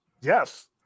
Yes